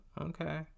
okay